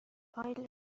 فایل